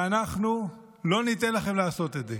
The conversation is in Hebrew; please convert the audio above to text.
ואנחנו לא ניתן לכם לעשות את זה.